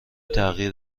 تغییر